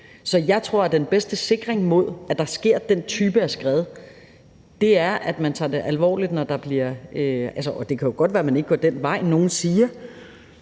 Så jeg tror, at den bedste sikring mod, at der sker den type af skred, er, at man tager det alvorligt. Det kan jo godt være, at man ikke går den vej, nogen siger